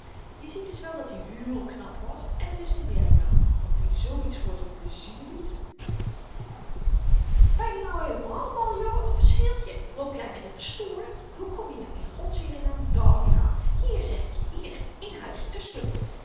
je ziet dus wel dat-i heel knap was en lust in werken had want wie ziets voor z'n pleizier doet ben je nu heelemaal mal jongen of wat scheelt je loop jy met n pastoor hoe kom je nu in godsheerennaam dààr weer aan hier zeg ik je hier in huis terstond